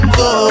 go